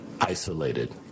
isolated